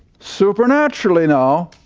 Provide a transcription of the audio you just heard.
supernaturally now,